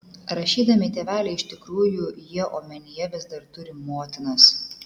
rašydami tėveliai iš tikrųjų jie omenyje vis dar turi motinas